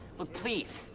well please,